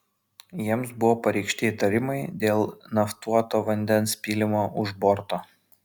jiems buvo pareikšti įtarimai dėl naftuoto vandens pylimo už borto